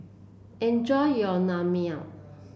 enjoy your Naengmyeon